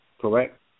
correct